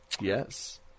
Yes